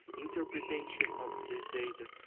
interpretation of this data.